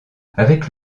avec